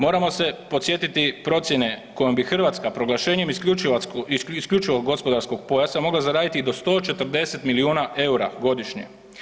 Moramo se podsjetiti procjene kojom bi Hrvatska proglašenjem isključivog gospodarskog pojasa mogla zaraditi i do 140 milijuna eura godišnje.